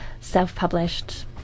self-published